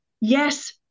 Yes